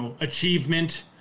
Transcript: achievement